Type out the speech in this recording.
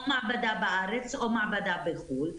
או מעבדה בארץ או מעבדה בחו"ל,